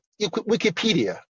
Wikipedia